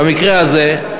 במקרה הזה,